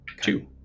two